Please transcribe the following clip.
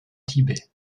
tibet